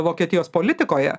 vokietijos politikoje